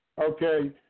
okay